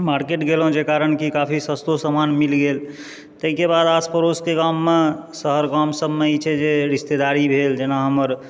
market गेलहुँ जाहि कारण कि काफी सस्तो समान मिल गेल ताहिके बाद आस पड़ोसके गाममे शहर गाम सबमे ई छै जे रिश्तेदारी भेल जेना हमर